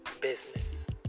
business